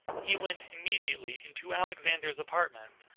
he went immediately into alexander's apartment,